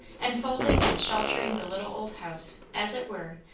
enfolding and sheltering the little old house, as it were,